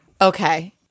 Okay